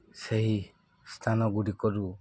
ସେହି ସ୍ଥାନଗୁଡ଼ିକରୁ